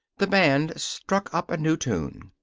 the band struck up a new tune.